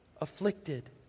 afflicted